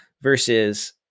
versus